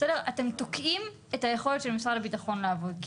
אתם תוקעים את היכולת של משרד הביטחון לעבוד.